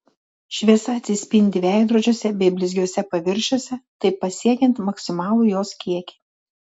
šviesa atsispindi veidrodžiuose bei blizgiuose paviršiuose taip pasiekiant maksimalų jos kiekį